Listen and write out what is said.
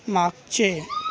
मागचे